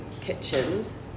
kitchens